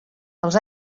els